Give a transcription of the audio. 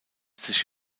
sich